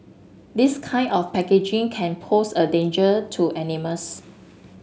this kind of packaging can pose a danger to animals